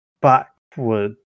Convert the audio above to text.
backward